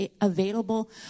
available